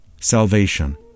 salvation